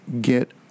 get